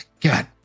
God